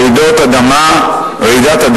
רעידת אדמה תקרה,